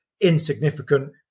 insignificant